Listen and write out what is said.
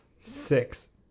Six